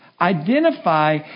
identify